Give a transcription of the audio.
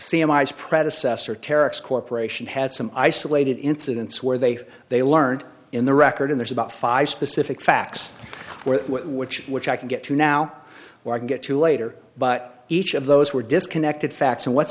i's predecessor terex corporation had some isolated incidents where they they learned in the record in there's about five specific facts which which i can get to now or i can get to later but each of those were disconnected facts and what's